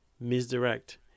misdirect